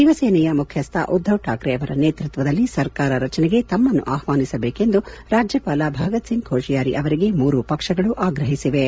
ಶಿವಸೇನೆಯ ಮುಖ್ಯಸ್ಥ ಉದ್ದವ್ ಕಾಕ್ರೆ ಅವರ ನೇತೃತ್ವದಲ್ಲಿ ಸರ್ಕಾರ ರಚನೆಗೆ ತಮ್ಮನ್ನು ಆಹ್ವಾನಿಸಬೇಕೆಂದು ರಾಜ್ಲಪಾಲ ಭಗತ್ ಸಿಂಗ್ ಕೋಶಿಯಾರಿ ಅವರಿಗೆ ಮೂರೂ ಪಕ್ಷಗಳು ಆಗ್ರಹಿಸಿವೆ